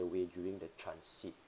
the way during the transit